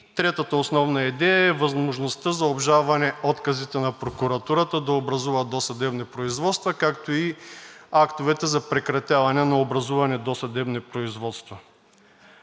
Третата основна идея е възможността за обжалване отказите на прокуратурата да образува досъдебни производства, както и актовете за прекратяване на образуване на досъдебни производства.